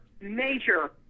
major